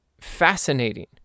fascinating